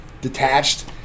detached